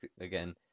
again